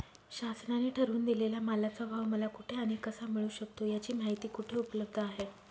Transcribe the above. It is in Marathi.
शासनाने ठरवून दिलेल्या मालाचा भाव मला कुठे आणि कसा मिळू शकतो? याची माहिती कुठे उपलब्ध आहे?